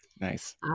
Nice